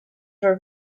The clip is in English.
were